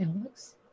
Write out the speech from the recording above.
Alex